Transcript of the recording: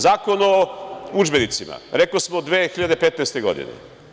Zakon o udžbenicima, rekli smo, 2015. godine.